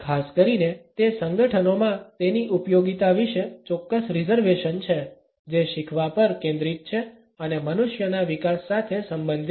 ખાસ કરીને તે સંગઠનોમાં તેની ઉપયોગિતા વિશે ચોક્કસ રિઝર્વેશન છે જે શીખવા પર કેન્દ્રિત છે અને મનુષ્યના વિકાસ સાથે સંબંધિત છે